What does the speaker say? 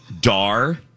Dar